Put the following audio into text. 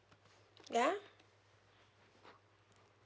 ya